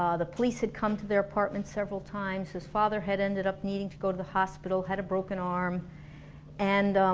um the police had come to their apartment several times, his father had ended up needing to go to the hospital, had a broken arm and